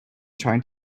trying